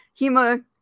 HEMA